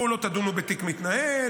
אומרים: בואו לא תדונו בתיק מתנהל,